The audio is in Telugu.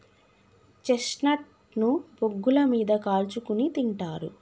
చెస్ట్నట్ ను బొగ్గుల మీద కాల్చుకుని తింటారు